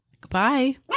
Goodbye